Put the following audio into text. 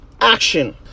action